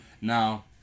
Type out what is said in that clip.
now